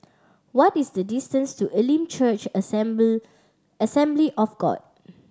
what is the distance to Elim Church Assembly of God